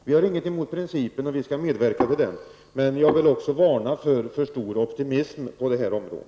Vi har inget emot principen, den skall vi medverka till, men jag vill varna för alltför stor optimism på detta område.